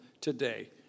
today